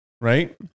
right